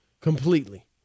completely